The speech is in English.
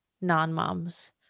non-moms